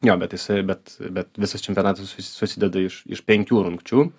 jo bet jisai bet bet visas čempionatas sus susideda iš iš penkių rungčių